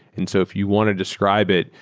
and so if you want to describe it,